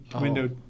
window